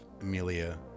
Amelia